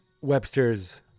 Webster's